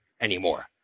anymore